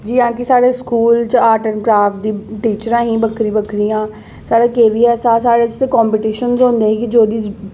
जि'यां कि साढ़े स्कूल च आर्ट एडं कराफ्ट दियां टीचरां हियां बक्खरी बक्खरियां साढ़े के बी च साढ़े कम्पीटीशन होंदे के जेह्दी